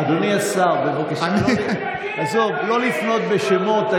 אדוני השר, בבקשה, עזוב, לא לפנות בשמות.